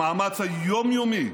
המאמץ היום-יומי,